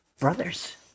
brothers